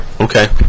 Okay